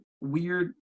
weird